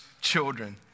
children